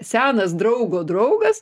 senas draugo draugas